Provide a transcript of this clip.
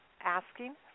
asking